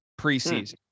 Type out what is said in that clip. preseason